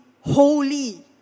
holy